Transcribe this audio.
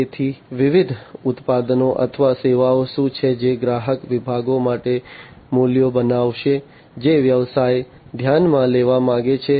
તેથી વિવિધ ઉત્પાદનો અથવા સેવાઓ શું છે જે ગ્રાહક વિભાગો માટે મૂલ્યો બનાવશે જે વ્યવસાય ધ્યાનમાં લેવા માંગે છે